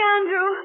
Andrew